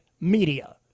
media